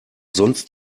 sonst